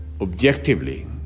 objectively